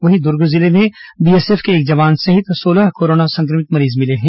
वहीं दुर्ग जिले में बीएसएफ के एक जवान सहित सोलह कोरोना संक्रमित मरीज मिले हैं